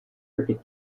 cricket